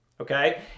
Okay